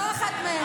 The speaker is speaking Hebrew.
לא אחת מהם.